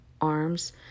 arms